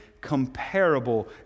comparable